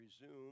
resume